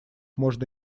можно